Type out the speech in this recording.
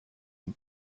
and